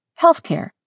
Healthcare